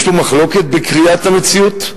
יש פה מחלוקת בקריאת המציאות.